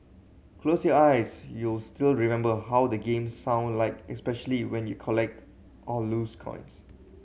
close your eyes you'll still remember how the game sound like especially when you collect or lose coins